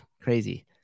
crazy